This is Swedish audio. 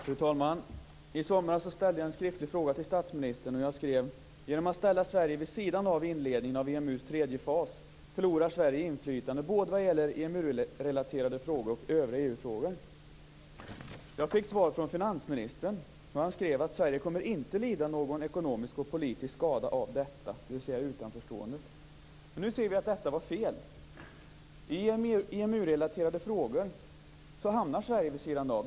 Fru talman! I somras ställde jag en skriftlig fråga till statsministern. Jag skrev: Genom att ställa Sverige vid sidan av inledningen av EMU:s tredje fas, förlorar Sverige inflytande både vad gäller EMU-relaterade frågor och övriga EU-frågor. Jag fick svar från finansministern. Han skrev att Sverige inte kommer att lida någon ekonomisk och politisk skada av detta, dvs. utanförståendet. Nu ser vi att detta var fel. I EMU-relaterade frågor hamnar Sverige vid sidan av.